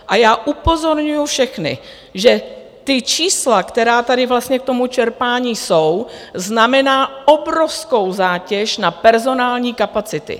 A já upozorňuji všechny, že ta čísla, která tady vlastně k tomu čerpání jsou, znamenají obrovskou zátěž na personální kapacity.